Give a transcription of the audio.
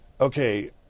okay